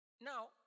Now